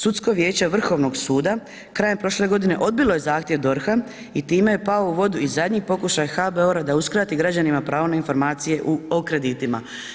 Sudsko vijeće Vrhovnog suda krajem prošle godine odbilo je zahtjev DORH-a i time je pao u vodu i zadnji pokušaj HBOR-a da uskrati građanima pravo na informacije o kreditima.